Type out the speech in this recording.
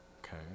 okay